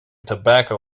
tobacco